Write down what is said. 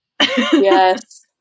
Yes